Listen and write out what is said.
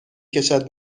کشد